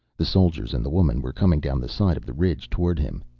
the soldiers and the woman were coming down the side of the ridge toward him,